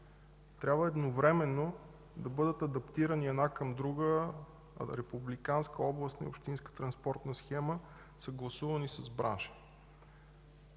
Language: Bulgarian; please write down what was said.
трябва едновременно да бъдат адаптирани една към друга републиканската, областната и общинската транспортна схема, съгласувани с бранша.